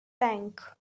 tank